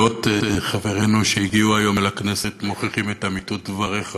מאות חברינו שהגיעו היום אל הכנסת מוכיחים את אמיתות דבריך